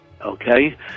okay